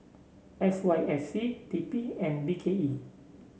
S Y F C T P and B K E